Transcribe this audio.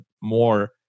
more